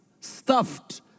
stuffed